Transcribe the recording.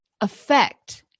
affect